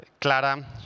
Clara